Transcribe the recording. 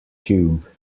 tube